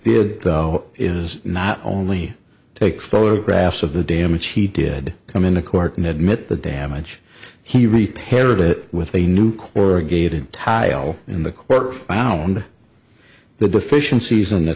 did though is not only take photographs of the damage he did come into court and admit the damage he repaired it with a new corrugated tile in the court found the deficiencies in the